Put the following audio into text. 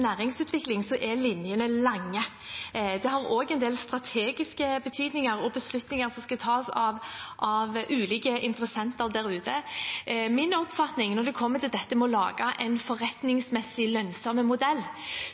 næringsutvikling, så er linjene lange. Det har også en del strategiske betydninger og det er beslutninger som skal tas av ulike interessenter der ute. Min oppfatning når det gjelder dette med å lage en forretningsmessig lønnsom modell,